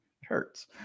hurts